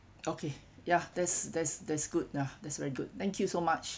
okay ya that's that's that's good ah that's very good thank you so much